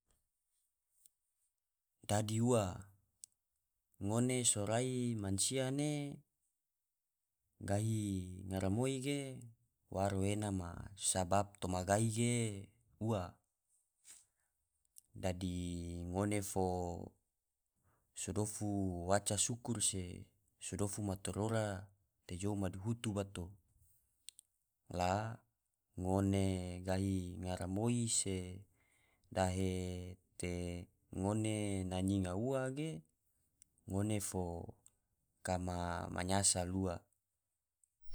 Dadi ua, ngone sorai mansia ne gahi ngaramoi ge waro ena ma sabab toma gai ge ua, dadi ngone fo so dofu waca sukur se so dofu matorora te jou madihutu bato la ngone gahi ngaramoi se dahe te ngone na nyinga ua ge ngone fo kama manyasal ua.